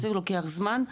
לוקח זמן.